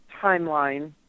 timeline